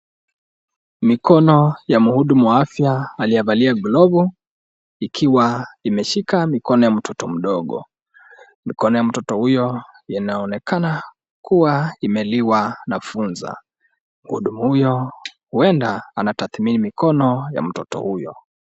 Mikono ya mhudumu wa afya aliyevalia glovu ikiwa imeshika mikono ya mtoto mdogo, mikono ya mtoto huyo inaonekana kuwa na funza mhudumu huyo anathamini mikono ya mtoto huyo.